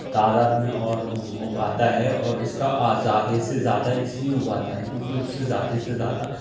تعداد میں اور اگاتا ہے اور اس کا زیادہ سے زیادہ اس لیے اگاتا ہے کیونکہ اس سے زیادہ سے زیادہ